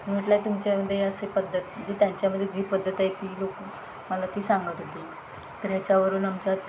म्हटलं तुमच्यामदे असे पद्धत म्हणजे त्यांच्यामदे जी पद्धत आहे ती लोकं मला ती सांगत होती तर ह्याच्यावरून आमच्या